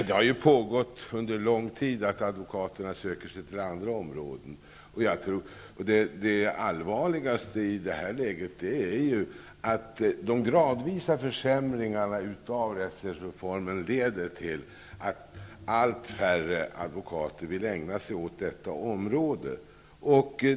Det har under lång tid pågått en utveckling där advokaterna söker sig till andra områden. Det allvarligaste i detta läge är att de gradvisa försämringarna i rättshjälpsreformen leder till att allt färre advokater vill ägna sig åt detta område.